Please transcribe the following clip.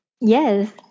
Yes